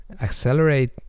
accelerate